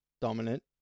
dominant